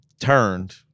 turned